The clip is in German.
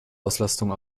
auslastung